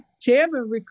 Chairman